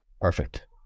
perfect